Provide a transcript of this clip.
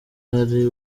hari